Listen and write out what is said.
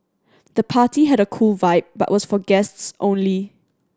the party had a cool vibe but was for guests only